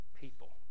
people